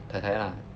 tai tai lah